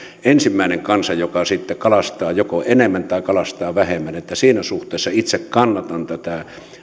ensimmäinen kansa joka kalastaa joko enemmän tai kalastaa vähemmän siinä suhteessa itse kannatan tätä